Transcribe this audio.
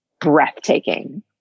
breathtaking